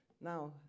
Now